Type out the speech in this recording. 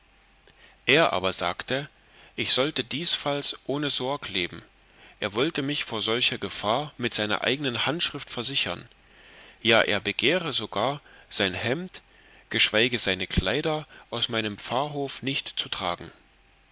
er aber sagte ich sollte diesfalls ohn sorg leben er wollte mich vor solcher gefahr mit seiner eigenen handschrift versichern ja er begehre sogar sein hemd geschweige seine kleider aus meinem pfarrhof nicht zu tragen